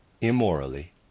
immorally